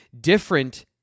different